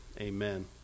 Amen